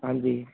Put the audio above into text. ਹਾਂਜੀ